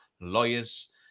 lawyers